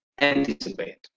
anticipate